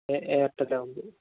എയര്ടെലാകുമ്പോള്